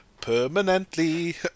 Permanently